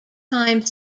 time